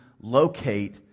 locate